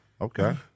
Okay